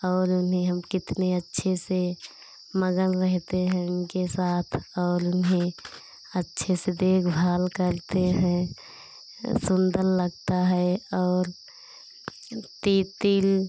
और उन्हें हम कितने अच्छे से मगन रहते हैं उनके साथ और उन्हें अच्छे से देखभाल करते हैं हं सुन्दर लगता है और तितली